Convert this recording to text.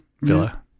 villa